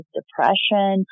depression